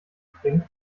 springen